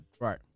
Right